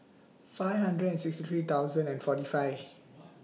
five hundred and sixty three thousand and forty five